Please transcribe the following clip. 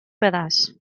pedaç